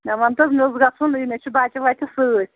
مےٚ وَن تہٕ حظ مےٚ اوس گژھُن یہِ مےٚ چھِ بَچہِ وَچہِ سۭتۍ